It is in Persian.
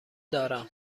دارم